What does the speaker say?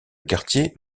quartier